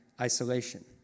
isolation